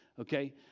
okay